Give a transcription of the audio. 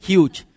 Huge